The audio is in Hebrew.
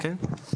כן.